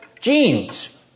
genes